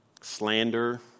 slander